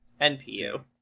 NPU